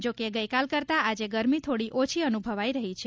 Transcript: જો કે ગઇકાલ કરતાં આજે ગરમી થોડી ઓછી અનુભવાઇ રહી છે